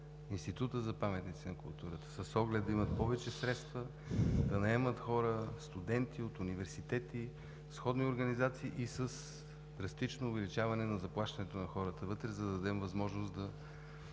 Института за паметниците на културата, с оглед да имат повече средства, да наемат хора, студенти от университети, сходни организации и с драстично увеличаване заплащането на хората вътре, за да дадем възможност да